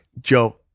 Joe